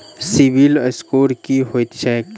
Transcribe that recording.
CIBIL score की होइत छैक?